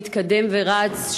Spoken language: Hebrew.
מתקדם ורץ,